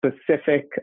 specific